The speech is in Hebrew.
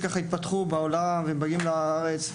שהתפתחו בעולם ומגיעים לארץ,